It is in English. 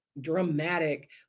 dramatic